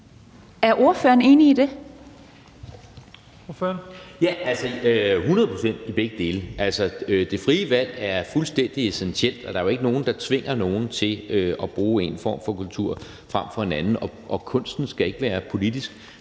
E. Jørgensen (V): Hundrede procent til begge dele. Det frie valg er fuldstændig essentielt, og der er jo ikke nogen, der tvinger nogen til at bruge en form for kultur frem for en anden. Kunsten skal ikke være politisk.